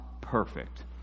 perfect